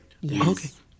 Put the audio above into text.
Yes